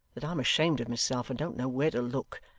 that i'm ashamed of myself and don't know where to look.